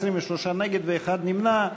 23 נגד ואחד נמנע.